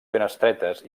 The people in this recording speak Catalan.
finestretes